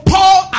Paul